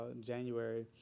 January